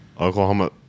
Oklahoma